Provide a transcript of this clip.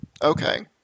Okay